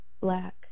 black